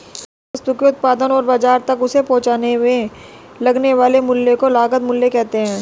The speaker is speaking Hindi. किसी वस्तु के उत्पादन और बाजार तक उसे पहुंचाने में लगने वाले मूल्य को लागत मूल्य कहते हैं